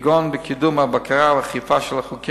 כגון בקידום הבקרה והאכיפה של החוקים